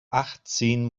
achtzehn